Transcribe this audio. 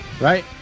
Right